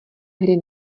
hry